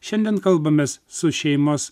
šiandien kalbamės su šeimos